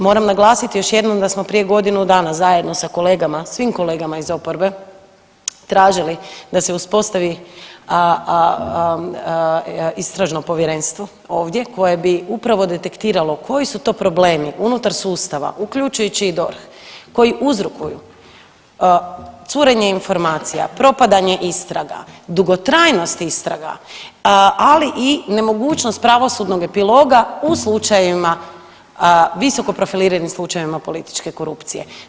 Moram naglasiti još jednom da smo prije godinu dana, zajedno sa kolegama, svim kolegama iz oporbe tražili da se uspostavi istražno povjerenstvo ovdje koje bi upravo detektiralo koji su to problemi unutar sustava uključujući i DORH koji uzrokuju curenje informacija, propadanje istraga, dugotrajnost istraga, ali i nemogućnost pravosudnog epiloga u slučajevima, visokoprofiliranim slučajevima političke korupcije.